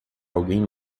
alguém